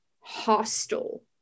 hostile